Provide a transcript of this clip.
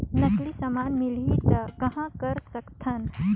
नकली समान मिलही त कहां कर सकथन?